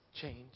change